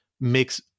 makes